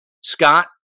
Scott